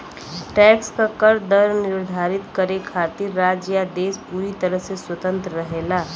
tax क दर निर्धारित करे खातिर राज्य या देश पूरी तरह से स्वतंत्र रहेला